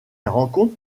rencontre